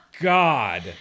God